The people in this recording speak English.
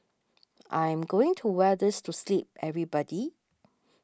I'm going to wear this to sleep everybody